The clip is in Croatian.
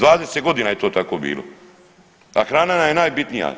20 godina je to tako bilo, a hrana nam je najbitnija.